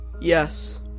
Yes